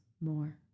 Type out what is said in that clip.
more